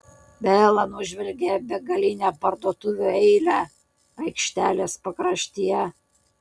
bela nužvelgė begalinę parduotuvių eilę aikštelės pakraštyje